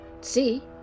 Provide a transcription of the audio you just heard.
see